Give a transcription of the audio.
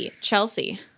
Chelsea